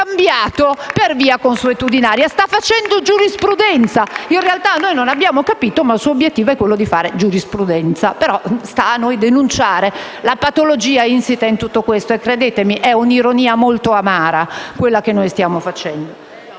dal Gruppo FI-PdL XVII)*. Sta facendo giurisprudenza. In realtà, noi non lo abbiamo capito, ma il suo obiettivo è quello di fare giurisprudenza. Sta, però, a noi denunciare la patologia insita in tutto questo. Credetemi, è un'ironia molto amara quella che stiamo facendo.